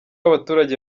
abaturage